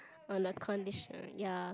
on a condition ya